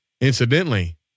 Incidentally